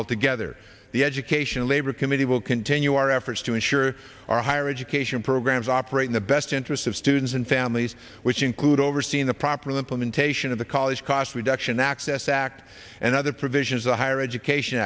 altogether the education labor committee will continue our efforts to ensure our higher education programs operate in the best interest of students and families which include overseeing the proper implementation of the college cost reduction access act and other provisions of higher education